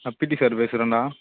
நான் PT sir பேசுகிறேன்டா